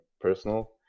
personal